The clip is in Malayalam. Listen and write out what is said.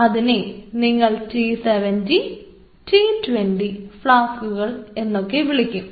അതിനെ നിങ്ങൾ T 70 T 20 ഫ്ലാസ്ക് എന്നൊക്കെ വിളിക്കും